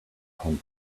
home